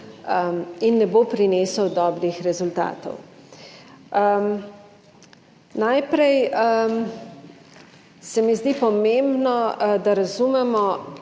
in ne bo prinesel dobrih rezultatov. Najprej se mi zdi pomembno, da razumemo,